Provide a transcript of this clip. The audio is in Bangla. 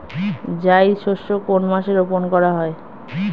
জায়িদ শস্য কোন মাসে রোপণ করা হয়?